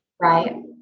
Right